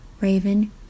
Raven